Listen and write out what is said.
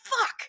fuck